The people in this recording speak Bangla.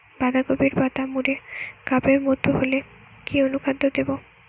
বাঁধাকপির পাতা মুড়ে কাপের মতো হলে কি অনুখাদ্য দেবো?